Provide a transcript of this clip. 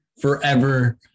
forever